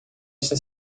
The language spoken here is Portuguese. está